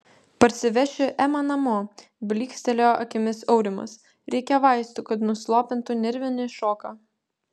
parsivešiu emą namo blykstelėjo akimis aurimas reikia vaistų kad nuslopintų nervinį šoką